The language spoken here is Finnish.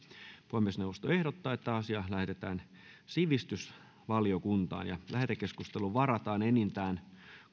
puhemiesneuvosto ehdottaa että asia lähetetään sivistysvaliokuntaan lähetekeskusteluun varataan enintään